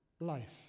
life